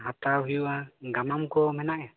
ᱦᱟᱛᱟᱣ ᱦᱩᱭᱩᱜᱼᱟ ᱜᱟᱢᱟᱢ ᱠᱚ ᱢᱮᱱᱟᱜᱼᱟ